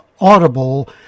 Audible